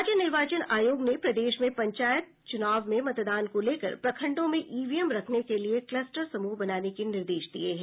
राज्य निर्वाचन आयोग ने प्रदेश में पंचायत चुनाव में मतदान को लेकर प्रखंडों में ईवीएम रखने के लिए कलस्टर समूह बनाने के निर्देश दिये हैं